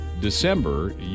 December